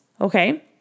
okay